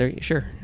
Sure